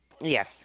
Yes